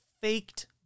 faked